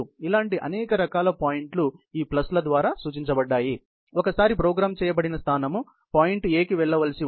ఇలాంటి అనేక రకాల పాయింట్లు ఈ ప్లస్ల ద్వారా సూచించబడ్డాయి ఒకసారి ప్రోగ్రామ్ చేయబడిన స్థానం పాయింట్ A కి వెళ్ళవలసి ఉంటుంది